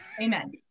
amen